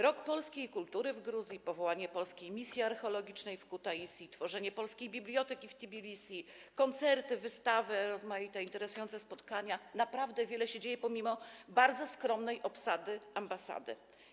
Rok polskiej kultury w Gruzji, powołanie Polskiej Misji Archeologicznej w Kutaisi, tworzenie polskiej biblioteki w Tbilisi, koncerty, wystawy, rozmaite interesujące spotkania - naprawdę wiele się dzieje pomimo bardzo skromnej obsady ambasady.